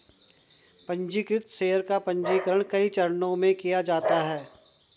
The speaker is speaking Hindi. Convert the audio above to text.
पन्जीकृत शेयर का पन्जीकरण कई चरणों में किया जाता है